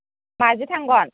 माजों थांगोन